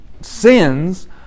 sins